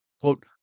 Quote